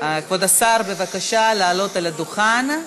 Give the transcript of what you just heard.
כבוד השר, בבקשה לעלות על הדוכן.